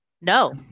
No